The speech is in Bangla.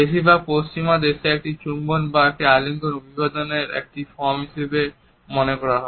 বেশিরভাগ পশ্চিমা দেশে একটি চুম্বন বা আলিঙ্গন অভিবাদনের একটি ফর্ম হিসাবে উপযুক্ত বলে মনে করা হয়